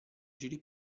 giri